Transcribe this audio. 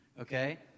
okay